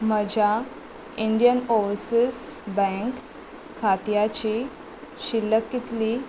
म्हज्या Indian Overseas Bank खात्याची शिल्लक कितली